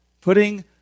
putting